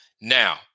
now